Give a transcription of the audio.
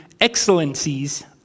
excellencies